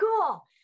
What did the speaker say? cool